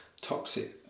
toxic